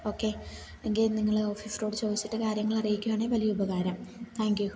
okay എങ്കിൽ നിങ്ങള് ഓഫീസറോട് ചോദിച്ചിട്ട് കാര്യങ്ങൾ അറിയിക്കുവാണേൽ വലിയ ഉപകാരം താങ്ക്യൂ